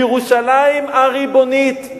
בירושלים הריבונית,